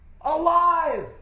Alive